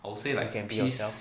you can be yourself